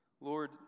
Lord